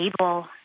able